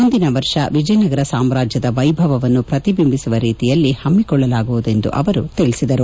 ಮುಂದಿನ ವರ್ಷ ವಿಜಯನಗರ ಸಾಮ್ರಾಜ್ಯದ ವೈಭವವನ್ನು ಪ್ರತಿಬಿಂಬಿಸುವ ರೀತಿಯಲ್ಲಿ ಹಮ್ಮಿಕೊಳ್ಳಲಾಗುವುದು ಎಂದು ಅವರು ತಿಳಿಸಿದರು